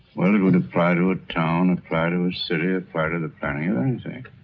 well, it would apply to a town, apply to a city, apply to the planning of anything.